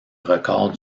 record